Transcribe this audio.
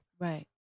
Right